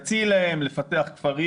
תציעי להם לפתח כפרים,